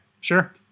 sure